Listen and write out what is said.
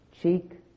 cheek